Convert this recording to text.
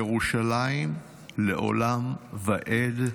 ירושלים לעולם ועד,